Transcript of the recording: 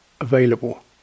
available